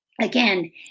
Again